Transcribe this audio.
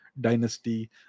dynasty